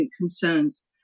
concerns